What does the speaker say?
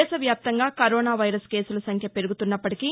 దేశ వ్యాప్తంగా corona virus కేసుల సంఖ్య పెరుగుతున్నప్పటికీ